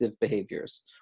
behaviors